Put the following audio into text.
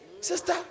sister